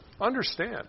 understand